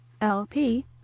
lp